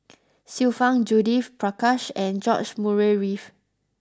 Xiu Fang Judith Prakash and George Murray Reith